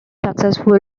successful